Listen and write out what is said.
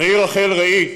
"ראי רחל, ראי"